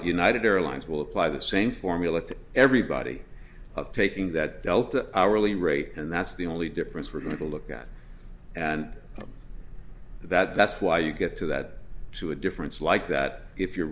at united airlines will apply the same formula to everybody of taking that delta hourly rate and that's the only difference for him to look at and that's why you get to that to a difference like that if you're